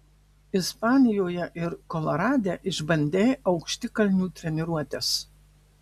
ispanijoje ir kolorade išbandei aukštikalnių treniruotes